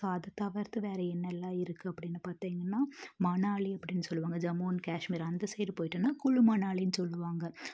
so அதை தவிர்த்து வேறு என்னெலாம் இருக்குது அப்படின்னு பார்த்திங்கன்னா மணாலி அப்படின்னு சொல்லுவாங்க ஜம்மு அண் காஷ்மீர் அந்த சைட் போயிட்டோம்னா குளு மணாலின்னு சொல்லுவாங்க